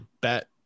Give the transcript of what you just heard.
bet